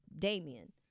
Damian